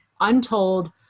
untold